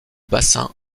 bassin